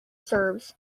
serves